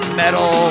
metal